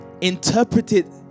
interpreted